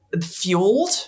fueled